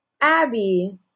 Abby